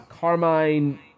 Carmine